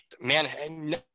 man